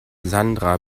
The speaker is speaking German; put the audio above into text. sandra